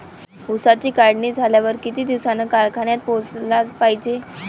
ऊसाची काढणी झाल्यावर किती दिवसात कारखान्यात पोहोचला पायजे?